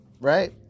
right